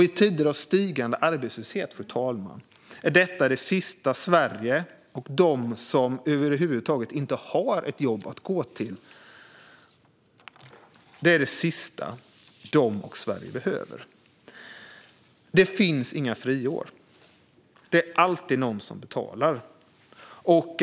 I tider av stigande arbetslöshet är detta det sista som Sverige och de som över huvud taget inte har ett jobb att gå till behöver. Det finns inga friår. Det är alltid någon som betalar.